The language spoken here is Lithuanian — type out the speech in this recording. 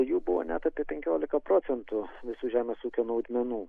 jų buvo net apie penkiolika procentų visų žemės ūkio naudmenų